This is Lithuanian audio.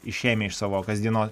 išėmę iš savo kasdieno